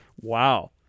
Wow